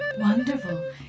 Wonderful